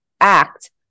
act